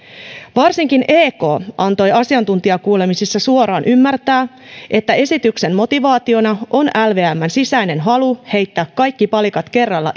varsinkin ek antoi asiantuntijakuulemisissa suoraan ymmärtää että esityksen motivaationa on lvmn sisäinen halu heittää kaikki palikat kerralla